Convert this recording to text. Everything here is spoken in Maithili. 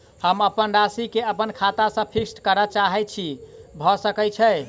हम अप्पन राशि केँ अप्पन खाता सँ फिक्स करऽ चाहै छी भऽ सकै छै?